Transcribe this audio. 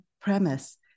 premise